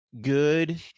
good